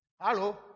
hello